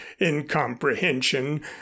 incomprehension